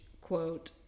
Quote